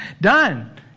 Done